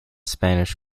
spanish